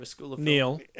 Neil